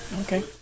Okay